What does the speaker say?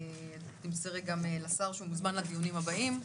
תמסרי גם לחשר שהוא מוזמן לדיונים הבאים.